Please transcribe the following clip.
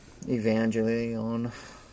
Evangelion